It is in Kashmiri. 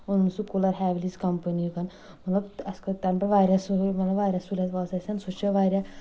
اوٚنُن سُہ کوٗلر ہیولیز کَمپٔنی ہُکَن مطلب اَسہِ کر تَمہِ پٮ۪ٹھ واریاہ سہولیت مطلب واریاہ سہولیت وٲژ اَسہِ سہ چھُ واریاہ